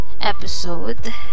episode